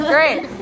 Great